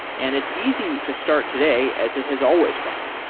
and it's easy to start today as it has always been.